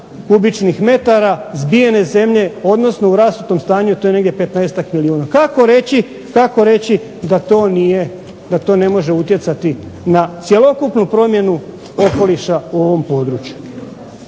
kubičnih metara zbijene zemlje, odnosno u rasutom stanju to je negdje 15-ak milijuna. Kako reći da to nije, da to ne može utjecati na cjelokupnu promjenu okoliša u ovom području?